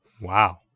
Wow